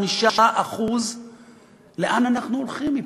25% לאן אנחנו הולכים מפה?